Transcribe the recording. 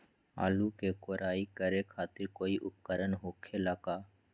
आलू के कोराई करे खातिर कोई उपकरण हो खेला का?